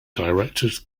directors